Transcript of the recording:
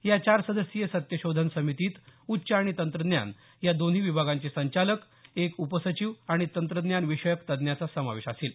या चार सदस्यीय सत्यशोधन समितीत उच्च आणि तंत्रज्ञान या दोन्ही विभागांचे संचालक एक उपसचिव आणि तंत्रज्ञान विषयक तज्ज्ञाचा समावेश असेल